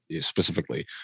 specifically